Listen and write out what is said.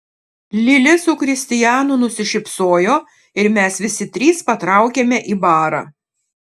lili su kristijanu nusišypsojo ir mes visi trys patraukėme į barą